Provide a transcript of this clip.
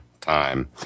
time